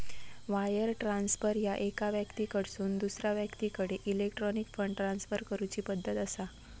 wire transfer ह्या एका व्यक्तीकडसून दुसरा व्यक्तीकडे इलेक्ट्रॉनिक फंड ट्रान्सफर करूची पद्धत असा